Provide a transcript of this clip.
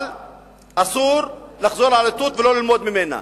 אבל אסור לחזור על הטעות ולא ללמוד ממנה.